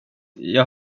jag